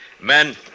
Men